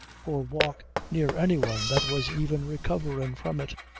nor walk near any one that was even recoverin' from it.